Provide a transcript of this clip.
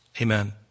Amen